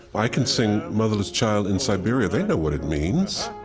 i can sing motherless child in siberia they know what it means.